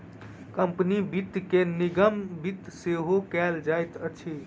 company वित्त के निगम वित्त सेहो कहल जाइत अछि